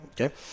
Okay